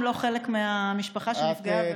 הם לא חלק מהמשפחה של נפגעי עבירה?